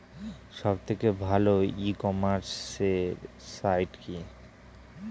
সব থেকে ভালো ই কমার্সে সাইট কী?